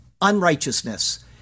unrighteousness